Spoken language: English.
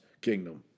kingdom